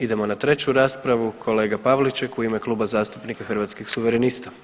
Idemo na treću raspravu kolega Pavliček u ime Kluba zastupnika Hrvatskih suverenista.